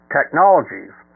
Technologies